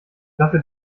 dafür